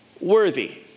worthy